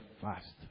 fast